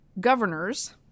governors